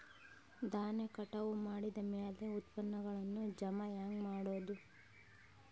ಧಾನ್ಯ ಕಟಾವು ಮಾಡಿದ ಮ್ಯಾಲೆ ಉತ್ಪನ್ನಗಳನ್ನು ಜಮಾ ಹೆಂಗ ಮಾಡೋದು?